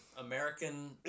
American